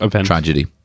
tragedy